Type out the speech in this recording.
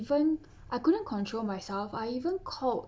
even I couldn't control myself I even called